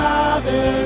Father